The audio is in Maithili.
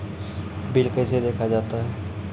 बिल कैसे देखा जाता हैं?